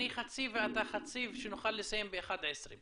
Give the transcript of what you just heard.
אני חצי ואתה חצי, שנוכל לסיים ב-11:00.